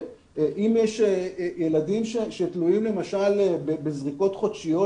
אם יש ילדים שתלויים למשל בזריקות חודשיות